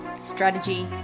strategy